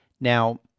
Now